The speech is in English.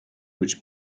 which